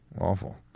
Awful